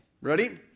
Ready